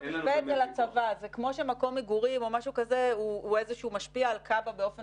זה כמו שמקום מגורים משפיע על קב"א באופן